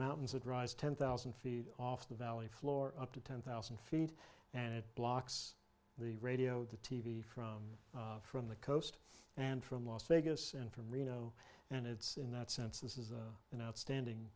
mountains that rise ten thousand feet off the valley floor up to ten thousand feet and it blocks the radio the t v from from the coast and from las vegas and from reno and it's in that sense this is an outstanding